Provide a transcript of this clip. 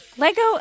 Lego